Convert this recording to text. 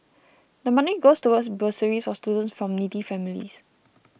the money goes towards bursaries for students from needy families